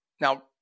now